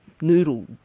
noodle